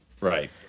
right